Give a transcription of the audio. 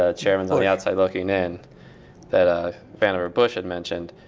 ah chairman's on the outside looking in that ah vannevar bush had mentioned.